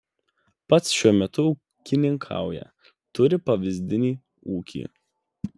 pats šiuo metu ūkininkauja turi pavyzdinį ūkį